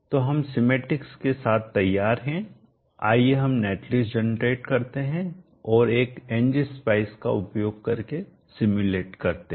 तो हम सीमेटिक्स के साथ तैयार हैं आइए हम नेटलिस्ट जनरेट करते हैं और एक Ngspecie का उपयोग करके सिम्युलेट करते हैं